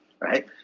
right